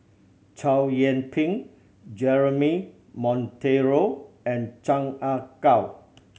Chow Yian Ping Jeremy Monteiro and Chan Ah Kow